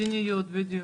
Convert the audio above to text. מדיניות, בדיוק.